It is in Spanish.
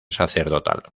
sacerdotal